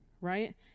right